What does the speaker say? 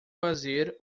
fazer